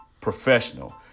professional